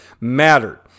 mattered